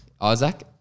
Isaac